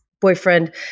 boyfriend